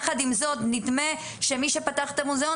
יחד עם זאת נדמה שמי שפתח את המוזיאון